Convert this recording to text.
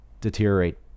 deteriorate